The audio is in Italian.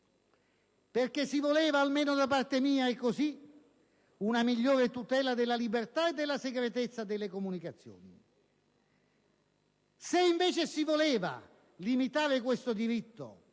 Perché si voleva, almeno a mio avviso, una migliore tutela della libertà e della segretezza delle comunicazioni. Se invece si voleva limitare questo diritto